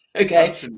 Okay